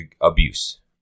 abuse